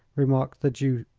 remarked the duke,